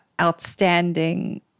outstanding